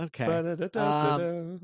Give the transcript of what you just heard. Okay